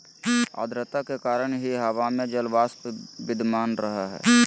आद्रता के कारण ही हवा में जलवाष्प विद्यमान रह हई